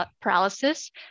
paralysis